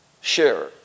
share